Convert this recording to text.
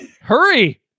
hurry